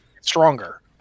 Stronger